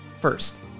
First